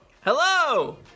Hello